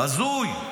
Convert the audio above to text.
הזוי.